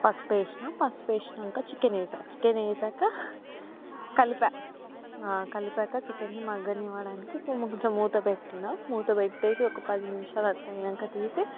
పసుపేసినా పసుపేసినాక చికెన్ వేసాను చికెన్ వేశాక కలిపాను ఆ కలిపాక చికెన్ని మగ్గనివ్వడానికి ము కొంచెం మూతపెట్టినా మూతపెట్టేసి ఒక పదినిమిషాలు అట్లయినాక తీసి